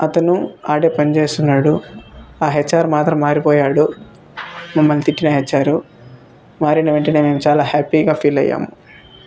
అతను ఆడే పనిచేస్తున్నాడు ఆ హెచ్ఆర్ మాత్రం మారిపోయాడు మమల్ని తిట్టిన హెచ్ఆర్ మారిన వెంటనే మేము చాలా హ్యాపీగా ఫీల్ అయ్యాము